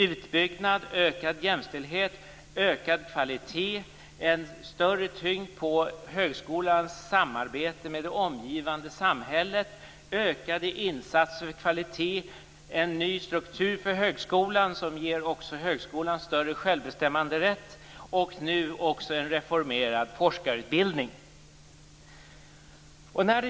Utbyggnad, ökad jämställdhet, ökad kvalitet, en större tyngd på högskolans samarbete med det omgivande samhället, ökade insatser för kvaliteten, en ny struktur för högskolan som ger också högskolan större självbestämmanderätt och nu också en reformerad forskarutbildning är vad det handlar om.